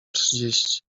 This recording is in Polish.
trzydzieści